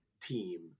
team